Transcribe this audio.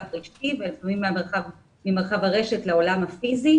הרגשי ולפעמים ממרחב הרשת לעולם הפיזי.